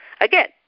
again